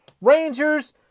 Rangers